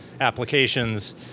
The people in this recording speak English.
applications